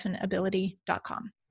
ability.com